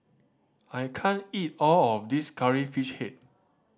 I can't eat all of this Curry Fish Head